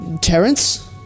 Terence